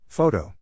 Photo